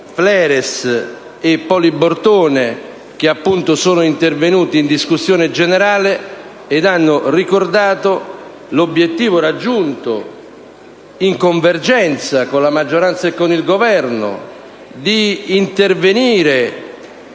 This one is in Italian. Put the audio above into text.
Fleres e Poli Bortone, che appunto sono intervenuti in discussione generale, e hanno ricordato l'obiettivo raggiunto, in convergenza con la maggioranza e con il Governo, di intervenire